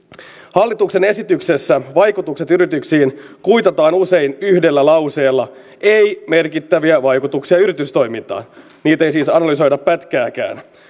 hallituksen esityksessä vaikutukset yrityksiin kuitataan usein yhdellä lauseella ei merkittäviä vaikutuksia yritystoimintaan niitä ei siis analysoida pätkääkään